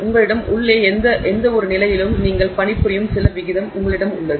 உங்களிடம் உள்ள எந்தவொரு நிலையிலும் நீங்கள் பணிபுரியும் சில விகிதம் உங்களிடம் உள்ளது